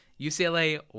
UCLA